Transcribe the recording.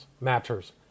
matters